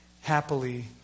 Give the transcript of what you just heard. happily